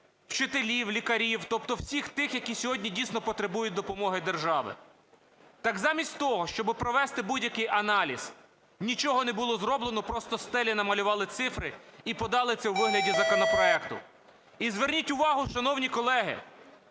вчителів, лікарів, тобто всіх тих, які сьогодні дійсно потребують допомоги держави. Так замість того, щоби провести будь-який аналіз – нічого не було зроблено, просто зі стелі намалювали цифри і подали це у вигляді законопроекту. І зверніть увагу, шановні колеги,